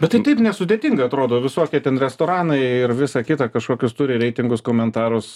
bet tai taip nesudėtinga atrodo visokie ten restoranai ir visa kita kažkokius turi reitingus